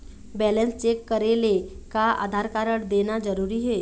Balance check करेले का Aadhaar card देना जरूरी हे?